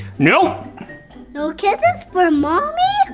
no no kisses for mommy?